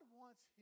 wants